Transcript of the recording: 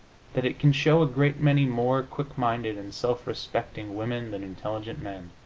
that it can show a great many more quick-minded and self-respecting women than intelligent men.